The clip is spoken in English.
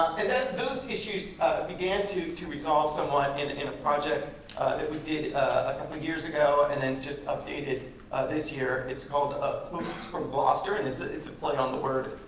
and those issues began to to resolve somewhat in and a project that we did a couple years ago and then just updated this year. it's called ah posts from gloucester. and it's ah it's a play on the word